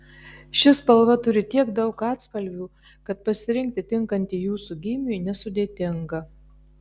ši spalva turi tiek daug atspalvių kad pasirinkti tinkantį jūsų gymiui nesudėtinga